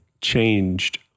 changed